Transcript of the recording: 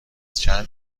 چند